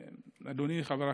אדוני חבר הכנסת,